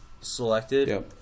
selected